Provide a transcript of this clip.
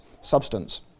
substance